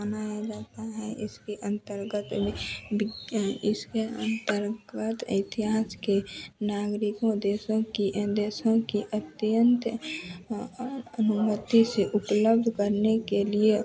मनाया जाता है इसके अंतर्गत भी इसके अंतर्गत इतिहास के नागरिकों देशों की देशों की अत्यंत हं अनुमति से उपलब्ध करने के लिए